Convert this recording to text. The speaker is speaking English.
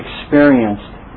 experienced